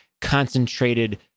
concentrated